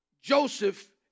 Joseph